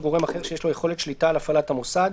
או גורם אחר שיש לו יכולת שליטה על הפעלת המוסד.